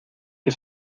que